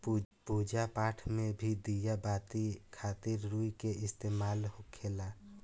पूजा पाठ मे भी दिया बाती खातिर रुई के इस्तेमाल होखेला